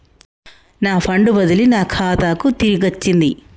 నా ఫండ్ బదిలీ నా ఖాతాకు తిరిగచ్చింది